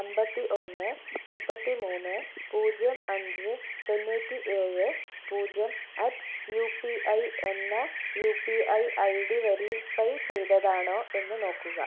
അമ്പത്തിയൊന്ന് മുപ്പത്തിമൂന്ന് പൂജ്യം അഞ്ച് തൊണ്ണൂറ്റിയേഴ് പൂജ്യം അറ്റ് യു പി ഐ എന്ന U P I I D verify ചെയ്തതാണോ എന്ന് നോക്കുക